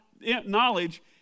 knowledge